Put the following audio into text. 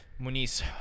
Muniz